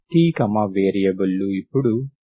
ty variable లు ఇప్పుడు xy అవుతాయి